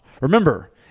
Remember